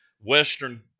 Western